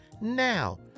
Now